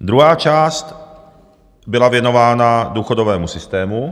Druhá část byla věnována důchodovému systému.